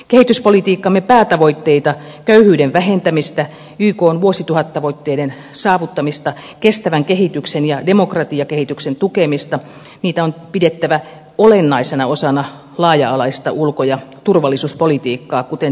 kehityspolitiikkamme päätavoitteita köyhyyden vähentämistä ykn vuosituhattavoitteiden saavuttamista kestävän kehityksen ja demokratiakehityksen tukemista on pidettävä olennaisena osana laaja alaista ulko ja turvallisuuspolitiikkaa kuten teemmekin